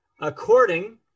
According